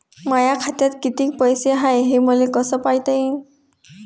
माया खात्यात कितीक पैसे हाय, हे मले कस पायता येईन?